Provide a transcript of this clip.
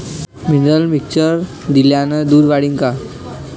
Mineral mixture दिल्यानं दूध वाढीनं का?